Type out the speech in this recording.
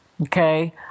okay